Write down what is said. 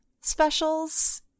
specials